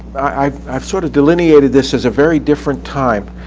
i've i've sort of delineated this as a very different time.